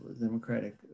democratic